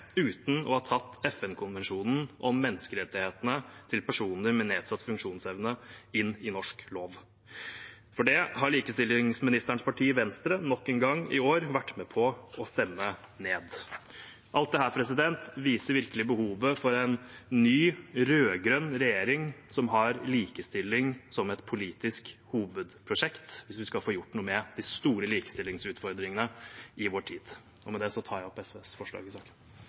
uten å ha tatt FN-konvensjonen om menneskerettighetene til personer med nedsatt funksjonsevne inn i norsk lov. For det har likestillingsministerens parti, Venstre, nok en gang i år vært med på å stemme ned. Alt dette viser virkelig behovet for en ny rød-grønn regjering som har likestilling som et politisk hovedprosjekt, hvis vi skal få gjort noe med de store likestillingsutfordringene i vår tid. Med det tar jeg opp SVs forslag i saken.